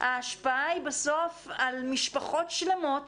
ההשפעה היא בסוף על משפחות שלמות